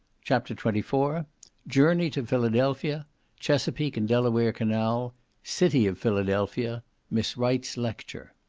chapter twenty four journey to philadelphia chesapeak and delaware canal city of philadelphia miss wright's lecture